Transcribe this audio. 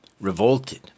revolted